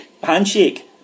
handshake